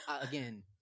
Again